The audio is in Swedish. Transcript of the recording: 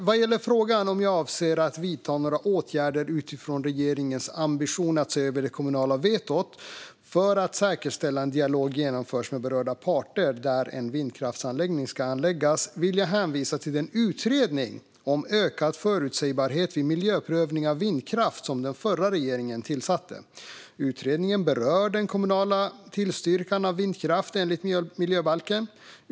Vad gäller frågan om jag avser att vidta några åtgärder, utifrån regeringens ambition att se över det kommunala vetot, för att säkerställa att en dialog genomförs med berörda parter där en vindkraftsanläggning ska anläggas vill jag hänvisa till den utredning om ökad förutsägbarhet vid miljöprövning av vindkraft som den förra regeringen tillsatte. Utredningen berör den kommunala tillstyrkan av vindkraft enligt miljöbalken.